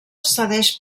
cedeix